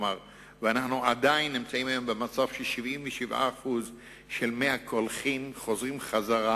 והיום עדיין 77% ממי הקולחין חוזרים חזרה.